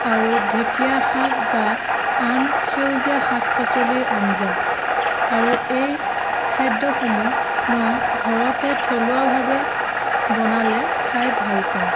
আৰু ঢেকিয়া শাক বা আন সেউজীয়া শাক পাচলিৰ আঞ্জা আৰু এই খাদ্য়সমূহ মই ঘৰতে থলুৱাভাৱে বনালে খাই ভাল পাওঁ